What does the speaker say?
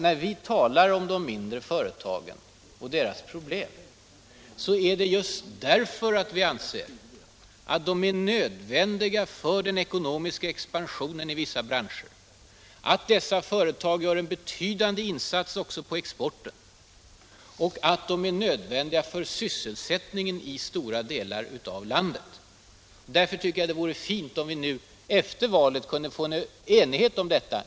När vi talar om de mindre företagen och deras problem sker det just därför att vi anser att de är nödvändiga för den ekonomiska expansionen i vissa branscher, att dessa företag gör en betydande insats också för exporten och att de är nödvändiga för sysselsättningen i stora delar av landet. Jag tycker att det vore bra om vi nu efter valet kunde nå enighet om detta.